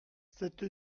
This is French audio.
cette